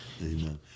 Amen